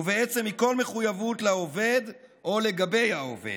ובעצם מכל מחויבות לעובד או לגבי העובד.